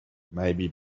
maybe